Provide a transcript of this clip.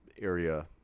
area